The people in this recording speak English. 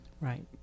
Right